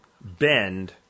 bend